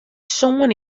sân